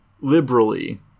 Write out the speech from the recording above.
liberally